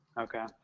Okay